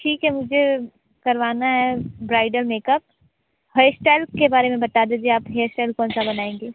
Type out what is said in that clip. ठीक है मुझे करवाना है ब्राइडल मेकअप हेयर स्टाइल के बारे में बता दीजिए आप हेयर स्टाइल कौन सा बनाएंगी